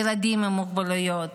ילדים עם מוגבלויות.